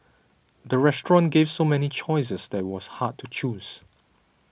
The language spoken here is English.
the restaurant gave so many choices that was hard to choose